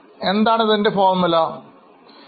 എന്താണ് ഇതിൻറെ ഫോർമുല നിങ്ങൾക്ക് ഓർമ്മയുണ്ടോ